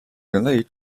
人类